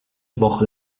woche